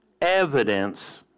evidence